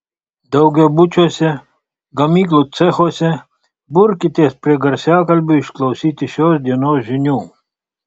daugiabučiuose gamyklų cechuose burkitės prie garsiakalbių išklausyti šios dienos žinių